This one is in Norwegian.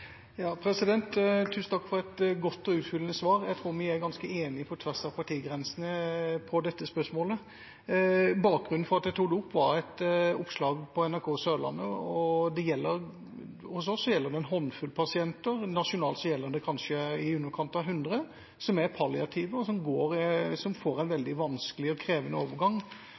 Tusen takk for et godt og utfyllende svar. Jeg tror vi er ganske enige på tvers av partigrensene i dette spørsmålet. Bakgrunnen for at jeg tok det opp, var et oppslag på NRK Sørlandet. Hos oss gjelder det en håndfull pasienter, nasjonalt gjelder det kanskje i underkant av 100 som er palliative, og som får en veldig vanskelig og krevende overgang